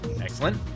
Excellent